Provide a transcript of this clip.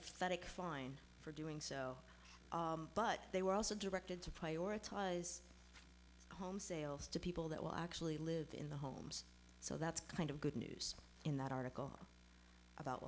pathetic fine for doing so but they were also directed to prioritize home sales to people that will actually live in the homes so that's kind of good news in that article about